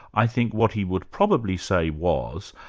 i think what he would probably say was,